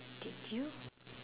okay did you